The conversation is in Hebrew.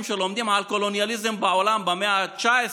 שלומדים על קולוניאליזם בעולם במאה ה-19,